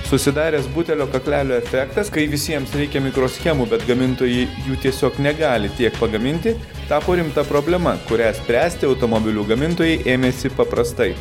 susidaręs butelio kaklelio efektas kai visiems reikia mikroschemų bet gamintojai jų tiesiog negali tiek pagaminti tapo rimta problema kurią spręsti automobilių gamintojai ėmėsi paprastai